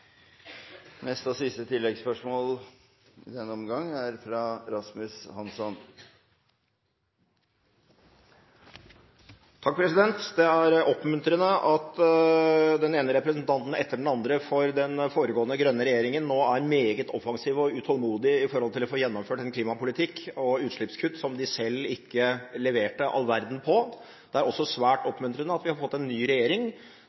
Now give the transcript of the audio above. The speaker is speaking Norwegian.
Rasmus Hansson – til oppfølgingsspørsmål. Det er oppmuntrende at den ene representanten etter den andre for den foregående rød-grønne regjeringen nå er meget offensive og utålmodige for å få gjennomført en klimapolitikk og utslippskutt som de selv ikke leverte all verden på. Det er også svært oppmuntrende at vi har fått en ny regjering